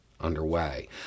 underway